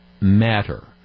matter